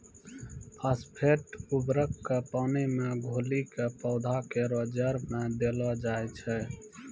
phosphate उर्वरक क पानी मे घोली कॅ पौधा केरो जड़ में देलो जाय छै